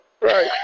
Right